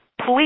Please